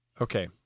Okay